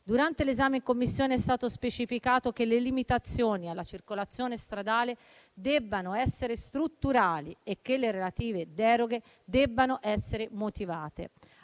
Durante l'esame in Commissione è stato specificato che le limitazioni alla circolazione stradale debbano essere strutturali e che le relative deroghe debbano essere motivate.